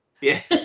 Yes